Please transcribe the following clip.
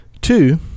two